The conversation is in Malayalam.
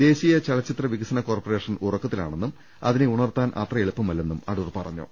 ദേശീയ ചലച്ചിത്ര വികസന കോർപ റേഷൻ ഉറക്കത്തിലാണെന്നും അതിനെ ഉണർത്താൻ അത്ര എളുപ്പമല്ലെന്നും അടൂർ പറഞ്ഞു